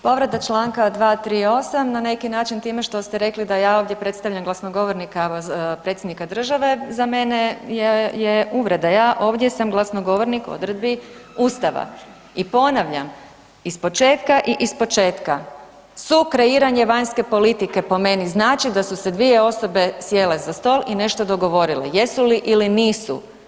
Povreda čl. 238., na neki način time što ste rekli da ja ovdje predstavljam glasnogovornika Predsjednika države, za mene je uvreda, ja ovdje sam glasnogovornik odredbi Ustava i ponavljam ispočetka i ispočetka, sukreiranje vanjske politike po meni znači da su se dvije osobe sjele za stol i nešto dogovorile, jesu ili nisu.